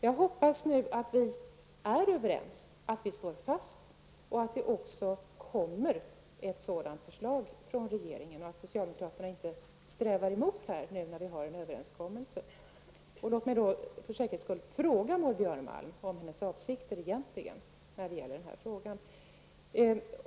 Jag hoppas att vi nu är överens och att det kommer ett sådant förslag från regeringen. Jag hoppas också att socialdemokraterna inte strävar emot, när det nu finns en överenskommelse. För säkerhets skull vill jag fråga Maud Björnemalm om hennes avsikter när det gäller denna fråga.